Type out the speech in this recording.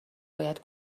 باید